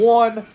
one